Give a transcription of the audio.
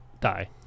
die